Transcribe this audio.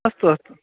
अस्तु अस्तु